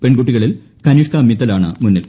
പെൺകുട്ടികളിൽ കനിഷ്ക മിത്തൽ ആണ് മുന്നിൽ